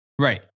right